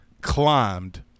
climbed